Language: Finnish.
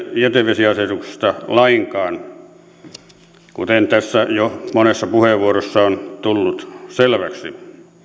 jätevesiasetuksesta lainkaan kuten tässä jo monessa puheenvuorossa on tullut selväksi